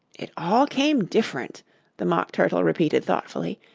it all came different the mock turtle repeated thoughtfully.